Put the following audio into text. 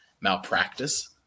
malpractice